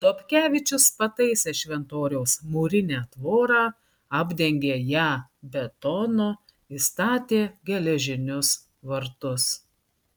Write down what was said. dobkevičius pataisė šventoriaus mūrinę tvorą apdengė ją betonu įstatė geležinius vartus